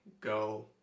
Go